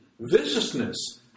viciousness